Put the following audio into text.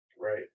Right